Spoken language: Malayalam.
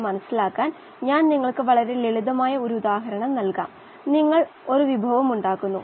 അവ കോശങ്ങളെ മിശ്രിതത്തിൽ നിലനിർത്തുന്നു അവ കോശങ്ങൾക്ക് സമ്മർദ്ദം ഉണ്ടാക്കുന്നു